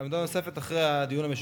עמדה נוספת אחרי הדיון המשולב.